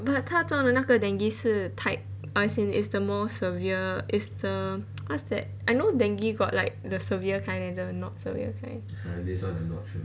but 他中的那个 dengue 是 type as in it's the more severe is err what's that I know dengue got like the severe kind and the not severe kind